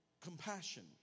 compassion